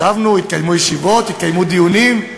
ישבנו, התקיימו ישיבות, התקיימו דיונים.